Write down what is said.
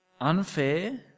unfair